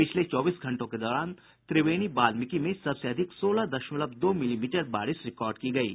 पिछले चौबीस घंटों के दौरान त्रिवेणी बाल्मिकी में सबसे अधिक सोलह दशमलव दो मिली मीटर बारिश रिकार्ड की गयी